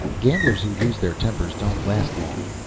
gamblers who lose their tempers don't last long.